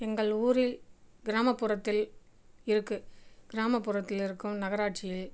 எங்கள் ஊரில் கிராமப்புறத்தில் இருக்குது கிராமப்புறத்தில் இருக்கும் நகராட்சியில்